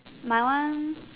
my one